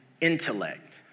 intellect